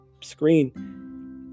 screen